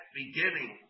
beginning